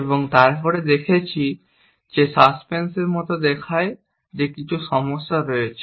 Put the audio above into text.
এবং তারপরে আমরা দেখেছি যে সাসপেন্সের মতো দেখায় যে কিছু সমস্যা রয়েছে